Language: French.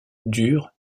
dur